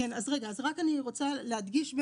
אז רק אני רוצה להדגיש,